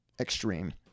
extreme